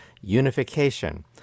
unification